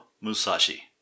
Musashi